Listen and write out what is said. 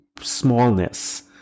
smallness